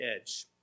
edge